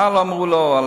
מה לא אמרו לו על